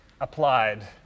applied